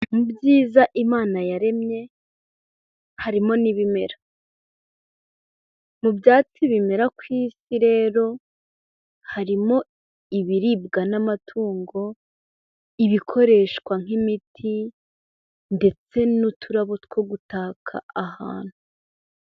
Mu byiza Imana yaremye harimo n'ibimera. Mu byatsi bimera ku isi rero harimo ibiribwa n'amatungo, ibikoreshwa nk'imiti, ndetse n'uturabo two gutaka ahantu.